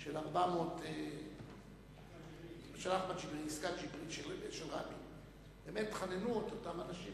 של 400 האסירים, של רבין, באמת חננו את אותם אנשים